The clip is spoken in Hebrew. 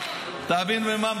תבין במה מדובר.